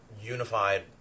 unified